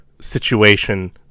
situation